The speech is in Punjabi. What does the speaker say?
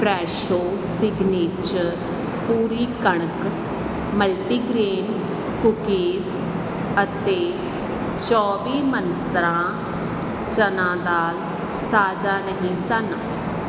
ਫਰੈਸ਼ੋ ਸਿਗਨੇਚਰ ਪੂਰੀ ਕਣਕ ਮਲਟੀਗ੍ਰੇਨ ਕੂਕੀਜ਼ ਅਤੇ ਚੌਵੀ ਮੰਤਰਾਂ ਚਨਾ ਦਾਲ ਤਾਜ਼ਾ ਨਹੀਂ ਸਨ